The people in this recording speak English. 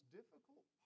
difficult